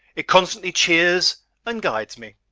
it constantly cheers and guides me.